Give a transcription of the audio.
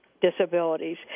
disabilities